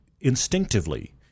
instinctively